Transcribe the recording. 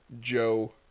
Joe